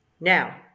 Now